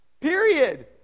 period